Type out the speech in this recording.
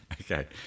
Okay